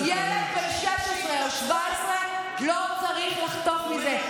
ילד בן 16 או 17 לא צריך לחטוף מזה.